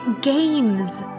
Games